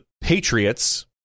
Patriots